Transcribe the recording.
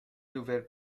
nouvelles